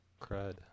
crud